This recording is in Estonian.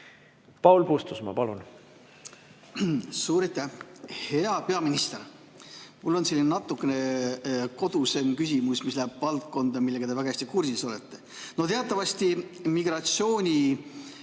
Paul Puustusmaa, palun! Suur aitäh! Hea peaminister! Mul on selline natukene kodusem küsimus, mis läheb valdkonda, millega te väga hästi kursis olete. Teatavasti migratsiooni